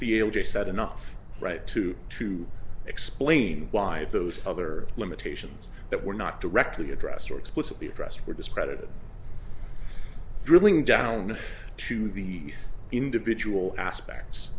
be able to set enough right to to explain why if those other limitations that were not directly address are explicitly addressed for discredited drilling down to the individual aspects